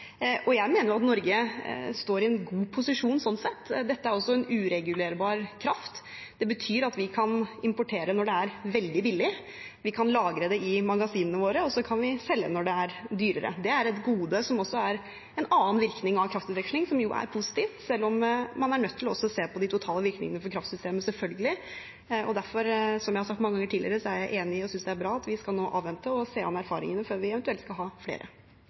og jeg mener at Norge står i en god posisjon sånn sett. Dette er også en uregulerbar kraft. Det betyr at vi kan importere når det er veldig billig. Vi kan lagre det i magasinene våre, og så kan vi selge når det er dyrere. Det er et gode som er en annen virkning av kraftutveksling, som jo er positiv, selv om man selvfølgelig også er nødt til å se på de totale virkningene for kraftsystemet. Som jeg har sagt mange ganger tidligere, er jeg derfor enig i og synes det er bra at vi nå skal avvente og se an erfaringene før vi eventuelt skal ha flere.